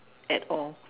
at all